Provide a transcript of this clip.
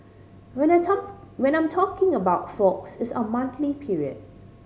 what I'm talk what I'm talking about folks is our monthly period